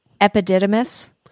Epididymis